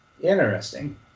Interesting